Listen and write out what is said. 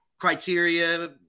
criteria